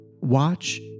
watch